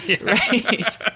right